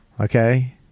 Okay